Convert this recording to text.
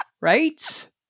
Right